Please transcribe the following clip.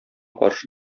каршы